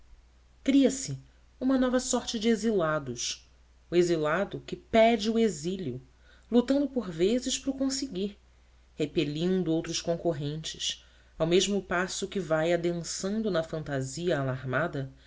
cria se uma nova sorte de exilados o exilado que pede o exílio lutando por vezes para o conseguir repelindo outros concorrentes ao mesmo passo que vai adensando na fantasia alarmada